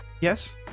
yes